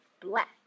black